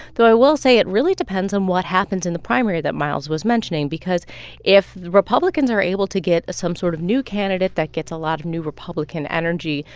though i will say it really depends on what happens in the primary that miles was mentioning because if republicans are able to get some sort of new candidate that gets a lot of new republican energy,